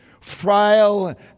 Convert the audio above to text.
frail